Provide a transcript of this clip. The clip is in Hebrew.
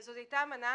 זו הייתה אמנה